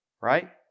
right